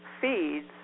feeds